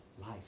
life